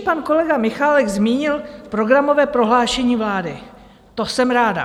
Pan kolega Michálek ještě zmínil programové prohlášení vlády, to jsem ráda.